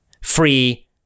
Free